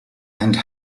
and